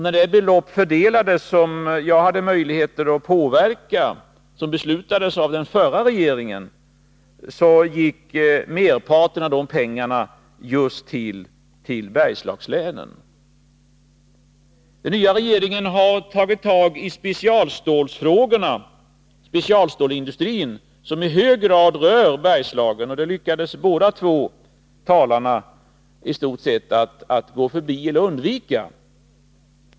När det belopp som beslutades av den förra regeringen fördelades och jag hade möjlighet att påverka detta, gick merparten av pengarna just till Bergslagslänen. Den nya regeringen har tagit tag i specialstålsindustrin, som i hög grad rör Bergslagen — men det lyckades båda talarna i stort sett gå förbi.